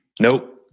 Nope